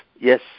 Yes